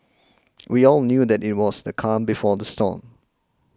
we all knew that it was the calm before the storm